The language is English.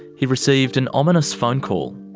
he received an ominous phone call.